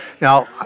Now